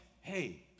hey